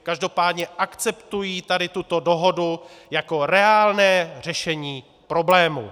Každopádně akceptují tady tuto dohodu jako reálné řešení problému.